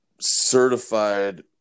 certified